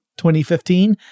2015